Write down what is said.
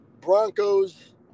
Broncos